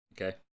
Okay